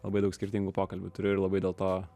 labai daug skirtingų pokalbių turiu ir labai dėl to